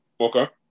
Okay